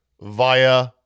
via